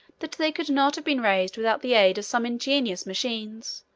that they could not have been raised without the aid of some ingenious machines,